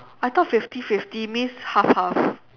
I thought fifty fifty means half half